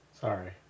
Sorry